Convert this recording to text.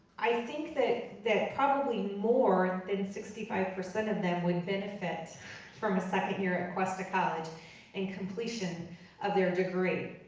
i think that that probably more than sixty five percent of them would benefit from a second year at cuesta college and completion of their degree.